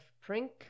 Prink